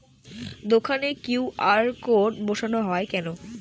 দোকানে Q R code বসানো হয় কেন?